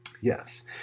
Yes